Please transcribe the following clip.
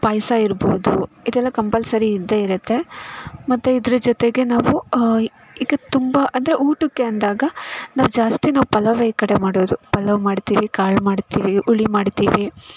ಪಾಯಸ ಇರ್ಬೋದು ಇದೆಲ್ಲ ಕಂಪಲ್ಸರಿ ಇದ್ದೇ ಇರುತ್ತೆ ಮತ್ತು ಇದ್ರ ಜೊತೆಗೆ ನಾವು ಈಗ ತುಂಬ ಅಂದರೆ ಊಟಕ್ಕೆ ಅಂದಾಗ ನಾವು ಜಾಸ್ತಿ ನಾವು ಪಲಾವೇ ಈ ಕಡೆ ಮಾಡೋದು ಪಲಾವ್ ಮಾಡ್ತೀವಿ ಕಾಳು ಮಾಡ್ತೀವಿ ಹುಳಿ ಮಾಡ್ತೀವಿ